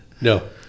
No